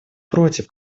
против